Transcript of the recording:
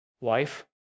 Wife